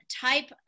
type